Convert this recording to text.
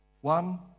One